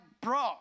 Bro